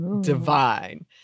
Divine